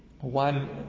one